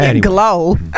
glow